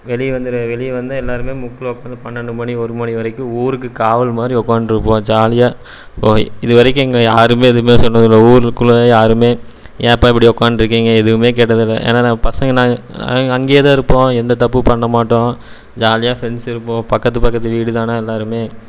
வெளியே வந்து வெளியே வந்து தான் எல்லோருமே முக்கில் உக்கார்ந்து பன்னெண்டு மணி ஒரு மணி வரைக்கும் ஊருக்கு காவல் மாதிரி உக்கார்ந்துட்டு இருப்போம் ஜாலியாக இது வரைக்கும் எங்களை யாருமே எதுவுமே சொன்னது இல்லை ஊருக்குள்ளே யாருமே ஏன்ப்பா இப்படி உக்கார்ந்துருக்கீங்க எதுவுமே கேட்டது இல்லை ஏன்னா நாங்க பசங்க நாங்கள் அவங்க அங்கேயேதான் இருப்போம் எந்தத் தப்பும் பண்ண மாட்டோம் ஜாலியாக ஃப்ரெண்ட்ஸ் இருப்போம் பக்கத்து பக்கத்து வீடுதானே எல்லோருமே